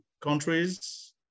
countries